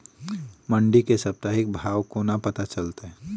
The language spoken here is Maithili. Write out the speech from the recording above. मंडी केँ साप्ताहिक भाव कोना पत्ता चलतै?